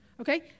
Okay